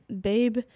babe